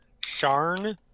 Sharn